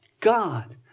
God